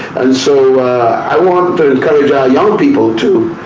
and so i want to encourage our young people to